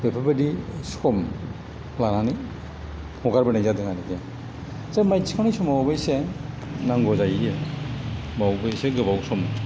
बेफोरबायदि सम लानानै हगारबोनाय जादों आरोकि स' माइ थिखांनायनि समावबो एसे नांगौ जायो बेयावबो एसे गोबाव सम